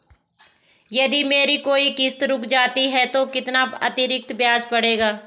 यदि मेरी कोई किश्त रुक जाती है तो कितना अतरिक्त ब्याज पड़ेगा?